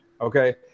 Okay